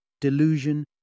delusion